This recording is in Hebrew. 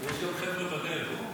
חבר'ה בדרך.